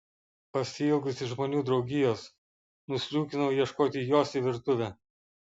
pasiilgusi žmonių draugijos nusliūkinau ieškoti jos į virtuvę